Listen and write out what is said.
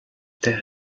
der